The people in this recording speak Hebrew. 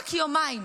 רק יומיים